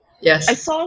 Yes